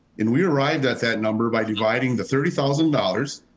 and we arrived at that number by dividing the thirty thousand dollars,